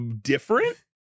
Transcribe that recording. different